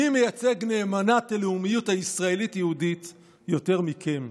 מי מייצג נאמנה את הלאומיות הישראלית-יהודית יותר מכם?